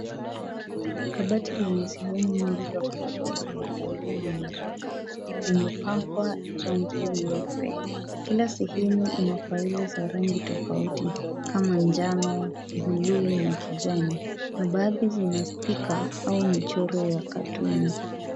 Kabati lenye sehemu nyingi za kuhifadhi mafaili na nyaraka. Limepakwa rangi nyeupe. Kila sehemu ina faili za rangi tofauti kama njano, buluu na kijani na baadhi zina sticker au michoro ya katuni .